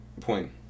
point